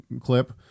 clip